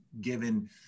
given